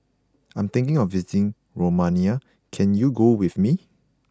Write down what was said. I am thinking of visiting Romania can you go with me